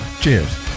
cheers